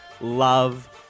love